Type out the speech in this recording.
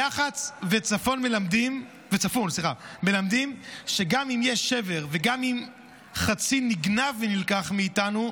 "'יחץ' ו'צפון' מלמדים שגם אם יש שבר וגם אם חצי נגנב ונלקח מאיתנו,